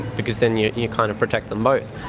because then you you kind of protect them both.